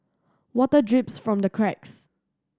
water drips from the cracks